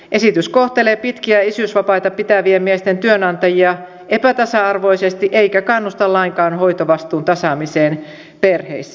esitys kohtelee pitkiä isyysvapaita pitävien miesten työnantajia epätasa arvoisesti eikä kannusta lainkaan hoitovastuun tasaamiseen perheissä